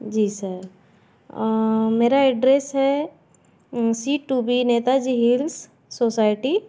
जी sir मेरा address है C two B Netaji hills society